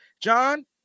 John